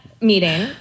meeting